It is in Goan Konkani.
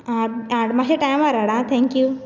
हाड मातशें टायमार हाड आं थॅक्यू